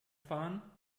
fahren